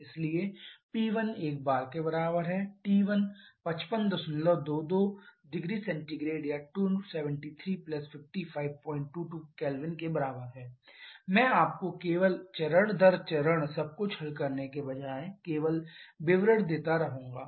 इसलिए P1 1 bar T1 5522 0C 273 5522 K मैं आपको केवल चरण दर चरण सब कुछ हल करने के बजाय केवल विवरण देता रहूंगा